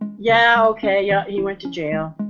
yeah, ok. yeah, he went to jail,